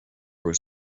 was